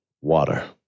water